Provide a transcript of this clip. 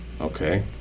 Okay